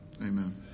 Amen